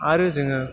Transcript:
आरो जोङो